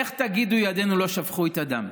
איך תגידו: ידינו לא שפכו הדם?